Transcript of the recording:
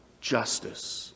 justice